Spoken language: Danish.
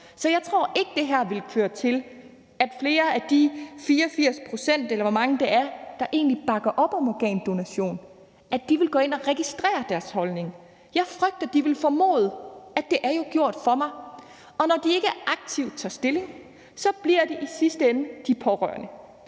så jeg tror ikke, det her vil føre til, at flere af de 84 pct., eller hvor mange det er, der egentlig bakker op om organdonation, vil gå ind at registrere deres holdning. Jeg frygter, at de vil formode, at det jo er gjort for dem, og når de ikke aktivt tager stilling, bliver det i sidste ende pålagt de pårørende,